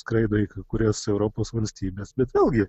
skraido į kai kurias europos valstybes bet vėlgi